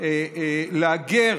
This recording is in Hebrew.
להגר